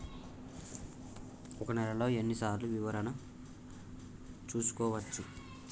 ఒక నెలలో ఎన్ని సార్లు వివరణ చూసుకోవచ్చు?